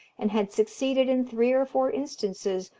and had succeeded in three or four instances,